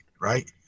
right